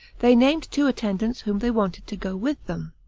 they named two attendants whom they wanted to go with them.